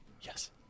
Yes